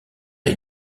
est